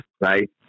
Right